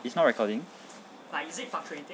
it's not recording